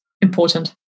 important